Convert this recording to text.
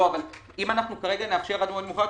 אם כרגע נאפשר נוהל מאוחר,